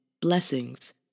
Blessings